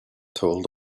told